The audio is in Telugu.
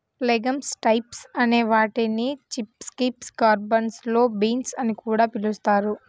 లెగమ్స్ టైప్స్ అనే వాటిని చిక్పీస్, గార్బన్జో బీన్స్ అని కూడా పిలుస్తారు